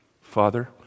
Father